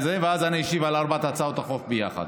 ואז אני אשיב על ארבע הצעות החוק ביחד.